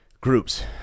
groups